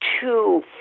two